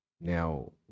Now